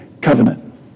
covenant